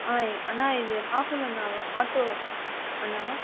ஆ அண்ணா இது ராகுல் அண்ணாவா ஆட்டோ அண்ணாவா